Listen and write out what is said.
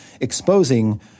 exposing